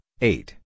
eight